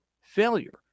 failure